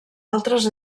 altres